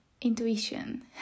intuition